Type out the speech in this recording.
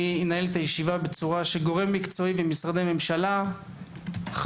אנהל את הישיבה בצורה של גורם מקצועי ומשרדי ממשלה וח"כים.